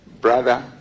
brother